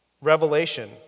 revelation